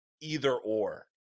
either-or